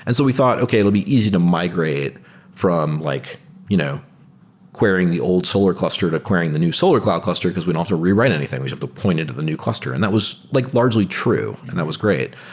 and so we thought, okay. it will be easy to migrate from like you know querying the old solar clustered to querying the new solar cloud cluster, because we don't have to rewrite anything. we just have to point in to the new cluster, and that was like largely true, and that was great.